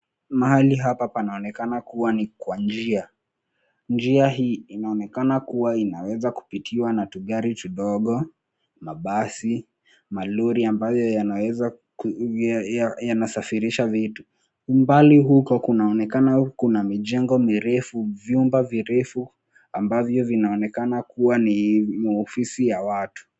Mahali hapa panaonekana kuwa ni kwa njia. Njia hii inaonekana kuwa inaweza kupitiwa na tugari tudogo, mabasi, malori ambayo yanasafirisha vitu. Mbali huko kunaonekana kuna mijengo mirefu, vyumba virefu ambavyo vinaonekana kuwa ni maofisi ya watu.